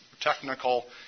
technical